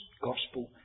gospel